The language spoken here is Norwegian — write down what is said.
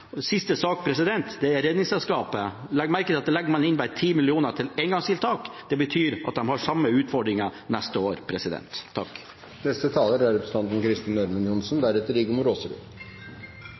siste sak, som gjelder Redningsselskapet. Legg merke til at der legger man inn bare 10 mill. kr til engangstiltak. Det betyr at de har den samme utfordringen neste år.